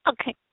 Okay